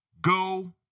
go